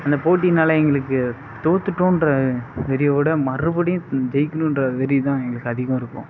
அந்த போட்டியினால் எங்களுக்கு தோத்துட்டோம்ற வெறியை விட மறுபடியும் ஜெயிக்கணுன்ற வெறிதான் எங்களுக்கு அதிகம் இருக்கும்